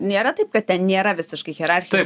nėra taip kad ten nėra visiškai hierarchijos